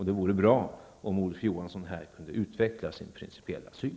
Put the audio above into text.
Det vore bra om Olof Johansson här kunde utveckla sin principiella syn.